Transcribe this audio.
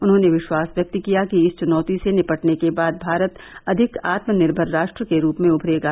उन्होंने विश्वास व्यक्त किया कि इस च्वनौती से निपटने के बाद भारत अधिक आत्मनिर्भर राष्ट्र के रूप में उभरेगा